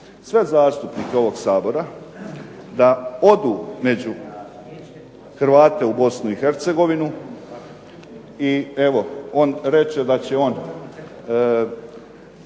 sve zastupnike ovog Sabora da odu među Hrvate u BiH i evo on reče da će on